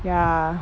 yeah